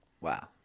Wow